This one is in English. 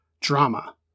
drama